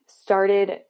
started